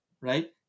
right